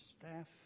staff